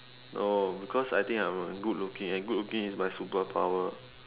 no because I think I'm good looking and good looking is my superpower